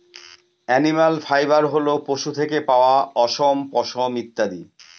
animal fibre হল পশু থেকে পাওয়া অশম, পশম ইত্যাদি